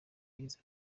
yagize